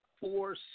four